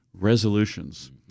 resolutions